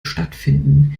stattfinden